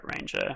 ranger